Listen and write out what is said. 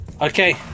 Okay